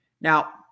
Now